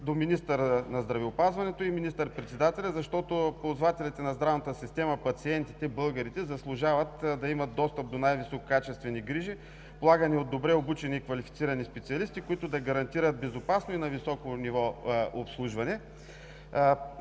до министъра на здравеопазването и министър-председателя. Ползвателите на здравната система – пациентите, българите, заслужават да имат достъп до най-висококачествени грижи, полагани от добре обучени и квалифицирани специалисти, които да гарантират безопасно и на високо ниво обслужване.